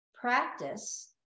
practice